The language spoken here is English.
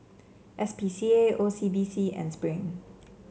S P C A O C B C and Spring